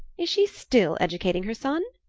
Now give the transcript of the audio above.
is she still educating her son?